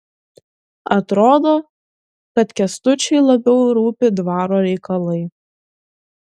atrodo kad kęstučiui labiau rūpi dvaro reikalai